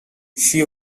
she